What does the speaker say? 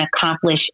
accomplish